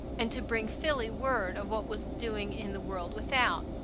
and to bring philly word of what was doing in the world without,